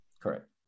Correct